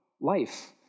life